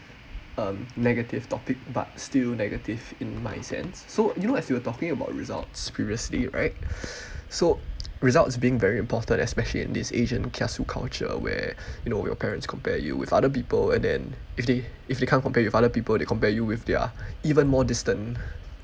um negative topic but still negative in my sense so you know as you were talking about results previously right so results being very important especially in this Asian kiasu culture where you know your parents compare you with other people and then if they if they can't compare you with other people they compare you with their even more distant